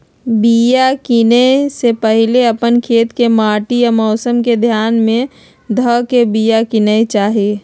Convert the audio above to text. बिया किनेए से पहिले अप्पन खेत के माटि आ मौसम के ध्यान में ध के बिया किनेकेँ चाही